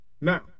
Now